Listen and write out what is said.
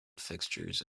fixtures